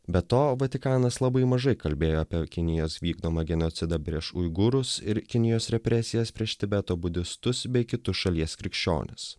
be to vatikanas labai mažai kalbėjo apie kinijos vykdomą genocidą prieš uigūrus ir kinijos represijas prieš tibeto budistus bei kitus šalies krikščionis